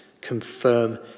confirm